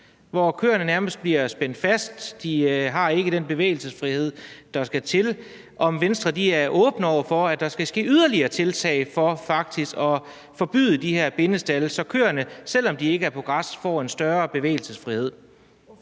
hvor køerne nærmest bliver spændt fast og ikke har den bevægelsesfrihed, der skal til. Er Venstre åbne over for, at der skal ske yderligere tiltag for faktisk at forbyde de her bindestalde, så køerne, selv om de ikke er på græs, får en større bevægelsesfrihed?